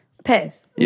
piss